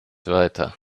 weiter